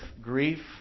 grief